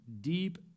deep